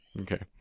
Okay